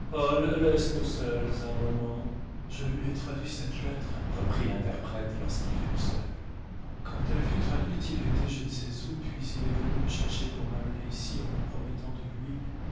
un moment je lui ai traduit cette lettre reprit l'interprète lorsqu'ils furent seuls quand elle fut traduite il a été je ne sais où puis il est revenu me chercher pour m'amener ici en me promettant deux louis